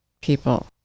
people